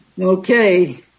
Okay